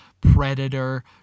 Predator